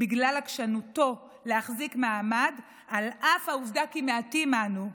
בגלל עקשנותנו להחזיק מעמד על אף העובדה כי מעטים אנו,